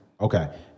Okay